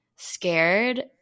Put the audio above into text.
scared